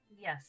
Yes